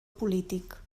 polític